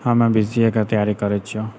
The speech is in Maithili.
हमे बीसीएके तैयारी करै छियौ